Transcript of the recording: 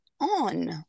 on